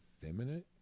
feminine